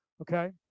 Okay